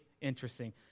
interesting